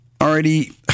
already